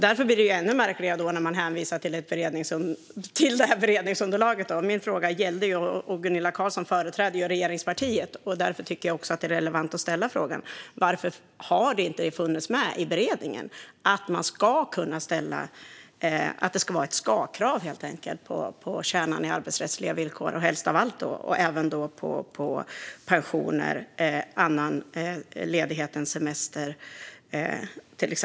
Därför blir det ännu märkligare när man hänvisar till beredningsunderlaget. Gunilla Carlsson företräder regeringspartiet. Därför tycker jag att det är relevant att fråga. Varför har det inte funnits med i beredningen att det helt enkelt ska vara ett ska-krav när det gäller kärnan i arbetsrättsliga villkor helst av allt och även pensioner och till exempel annan ledighet än semester?